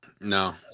No